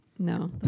No